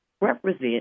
represent